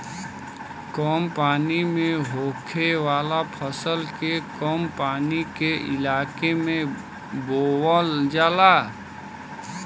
कम पानी में होखे वाला फसल के कम पानी के इलाके में बोवल जाला